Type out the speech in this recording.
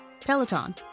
Peloton